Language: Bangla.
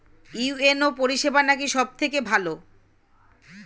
ইউ.এন.ও পরিসেবা নাকি সব থেকে ভালো?